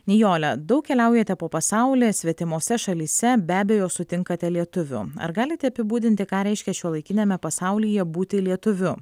nijole daug keliaujate po pasaulį svetimose šalyse be abejo sutinkate lietuvių ar galite apibūdinti ką reiškia šiuolaikiniame pasaulyje būti lietuviu